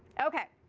ok.